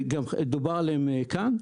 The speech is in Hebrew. ודובר עליהן כאן.